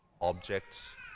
objects